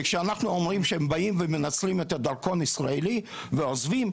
כשאנחנו אומרים שבאים ומנצלים את הדרכון הישראלי ועוזבים,